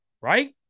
right